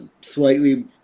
slightly